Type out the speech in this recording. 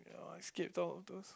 skip all of those